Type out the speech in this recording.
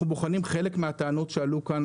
אנחנו בוחנים חלק מן הטענות שעלו כאן,